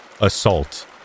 assault